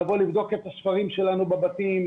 לבוא לבדוק את הספרים שלנו בבתים,